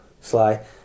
Sly